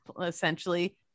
essentially